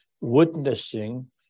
witnessing